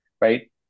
right